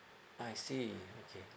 I see okay